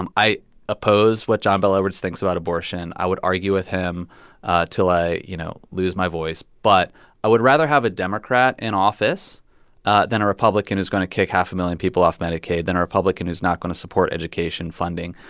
um i oppose what john bel edwards thinks about abortion. i would argue with him till i, you know, lose my voice. but i would rather have a democrat in office ah than a republican who's going to kick half a million people off medicaid, than a republican who's not going to support education funding.